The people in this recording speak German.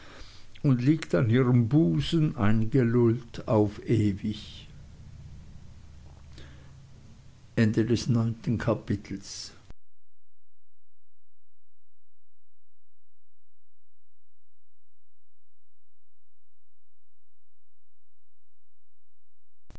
und liegt an ihrem busen eingelullt auf ewig zehntes kapitel